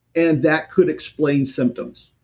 and that could explain symptoms.